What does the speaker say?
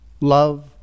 love